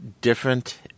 different